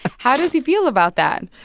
how does he feel about that?